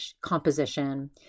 composition